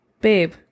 Babe